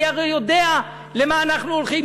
אני הרי יודע למה אנחנו הולכים.